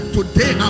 Today